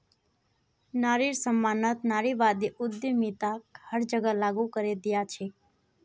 नारिर सम्मानत नारीवादी उद्यमिताक हर जगह लागू करे दिया छेक